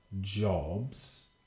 jobs